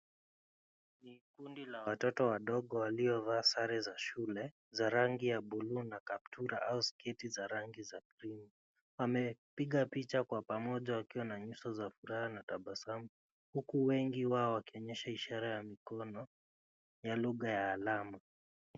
Kikundi la watoto wadogo waliovaa sare za shule za rangi ya buluu na kaptura au sketi za rangi za Green amepiga picha kwa pamoja wakiwa na nyuso za furaha na tabasamu huku wengi wao wakionyesha ishara ya mikono ya lugha ya alama.